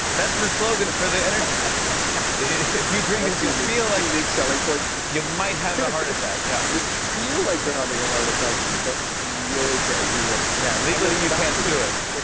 that's the slogan for the energy drink. laughing if you drink this, you'll feel like. unique selling point. you might have a heart attack, yeah. you feel like you're having a heart attack, but you're okay, you won't. yeah, legally, you can't sue us. that